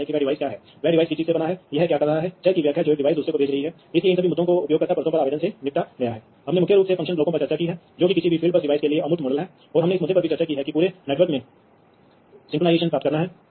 और यह आरेख चित्र को स्वयं दिखाता है लेकिन जब आपके पास ऐसे हजारों उपकरण होते हैं तो यह नुकसान हो जाता है मेरा मतलब है कि प्रमुख